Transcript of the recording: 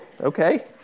Okay